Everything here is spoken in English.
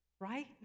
right